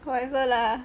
whatever lah